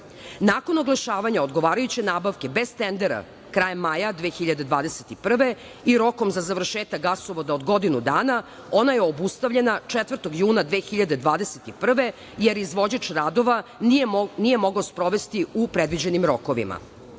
Nakon oglašavanja odgovarajuće nabavke bez tendera krajem maja 2021. godine i rokom za završetak gasovoda od godinu dana ona je obustavljena 4. juna. 2021. godine, jer izvođač radova nije mogao sprovesti u predviđenim rokovima. Najveći